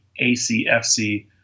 ACFC